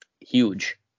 huge